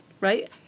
right